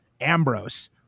Ambrose